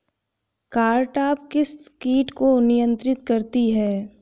Cartap किस किट को नियंत्रित करती है?